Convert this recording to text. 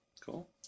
Cool